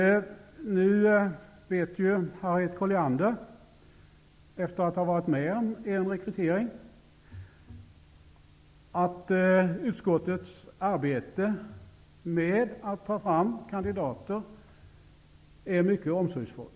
Harriet Colliander vet, efter att ha varit med vid en rekrytering, att utskottets arbete med att ta fram kandidater är mycket omsorgsfullt.